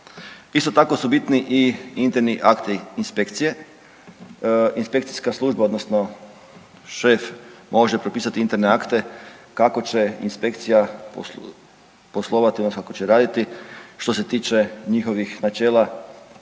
Isto tako su bitni i interni akti inspekcije. Inspekcijska služba odnosno šef može propisati interne akte kako će inspekcija poslovati odnosno kako će raditi, što se tiče njihovih načela,